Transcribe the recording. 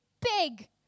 big